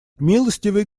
милостивый